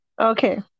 Okay